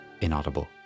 inaudible